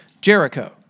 Jericho